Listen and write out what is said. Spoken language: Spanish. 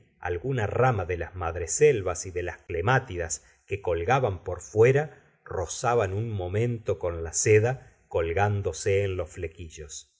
alguna rama de las madreselvas y de las clemtidas que colgaban por fuera rozaban un momento con la seda colgándose en los flequillos